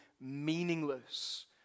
meaningless